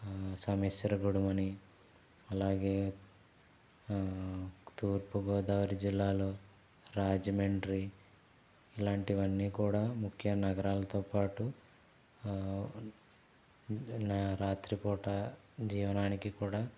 సమేశ్వర గుడం అని అలాగే తూర్పుగోదావరి జిల్లాలో రాజమండ్రి ఇలాంటివన్నీ కూడా ముఖ్య నగరాలతో పాటు రాత్రిపూట జీవనానికి కూడా